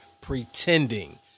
pretending